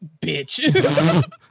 bitch